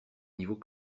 niveau